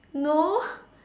no